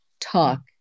talk